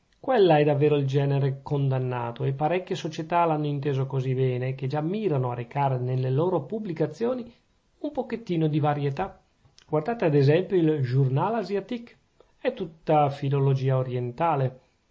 quella è davvero il genere condannato e parecchie società l'hanno inteso così bene che già mirano a recare nelle loro pubblicazioni un pochettino di varietà guardate ad esempio il journal asiatique è tutta filologia orientale